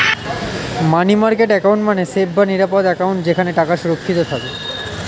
মানি market account মানে safe বা নিরাপদ অ্যাকাউন্ট যেখানে টাকা সুরক্ষিত থাকে